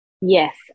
Yes